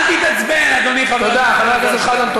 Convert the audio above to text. אל תתעצבן, אדוני חבר הכנסת אלעזר שטרן.